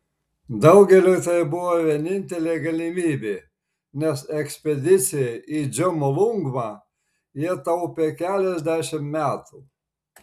daugeliui tai buvo vienintelė galimybė nes ekspedicijai į džomolungmą jie taupė keliasdešimt metų